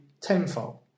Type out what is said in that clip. tenfold